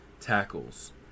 tackles